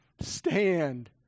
Stand